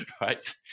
Right